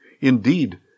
Indeed